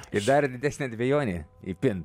ir dar didesnę dvejonę įpint